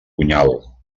punyal